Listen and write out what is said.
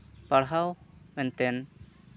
ᱯᱟᱲᱦᱟᱣ ᱮᱱᱛᱮ